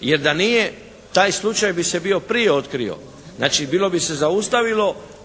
Jer da nije taj slučaj bi se bio prije otkrio. Znači, bilo bi se zaustavilo